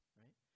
right